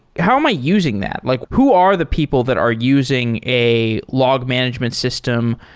how am i using that? like who are the people that are using a log management system?